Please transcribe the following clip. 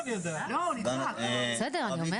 בסדר חברים